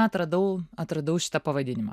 atradau atradau šitą pavadinimą